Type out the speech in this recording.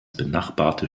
benachbarte